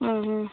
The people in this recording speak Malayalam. ആ ആ